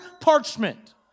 parchment